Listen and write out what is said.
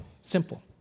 Simple